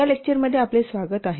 या लेक्चरमध्ये आपले स्वागत आहे